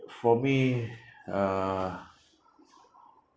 for me uh